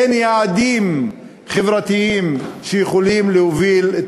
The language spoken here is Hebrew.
אין יעדים חברתיים שיכולים להוביל את